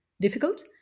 difficult